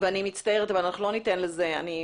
ואני מצטערת, אבל אנחנו לא ניתן לזה --- לא.